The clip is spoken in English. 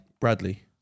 Bradley